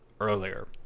earlier